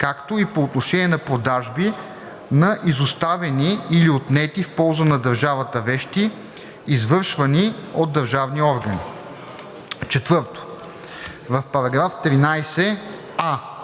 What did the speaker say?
както и по отношение на продажби на изоставени или отнети в полза на държавата вещи, извършвани от държавни органи. 4. В § 13: